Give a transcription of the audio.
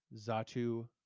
Zatu